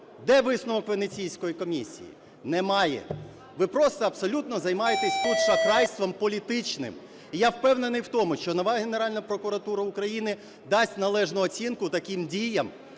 Де висновок Венеційської комісії? Немає. Ви просто абсолютно займаєтесь тут шахрайством політичним. І я впевнений в тому, що нова Генеральна прокуратура України дасть належну оцінку таким діям,